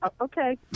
Okay